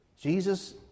Jesus